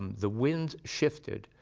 the winds shifted.